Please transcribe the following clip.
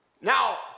Now